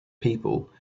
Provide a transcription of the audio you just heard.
people